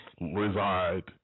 reside